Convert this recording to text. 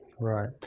Right